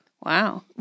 Wow